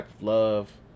love